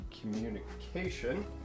Communication